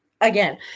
Again